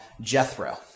Jethro